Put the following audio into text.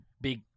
big